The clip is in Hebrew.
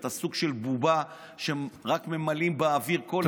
אתה סוג של בובה שרק ממלאים בה אוויר כל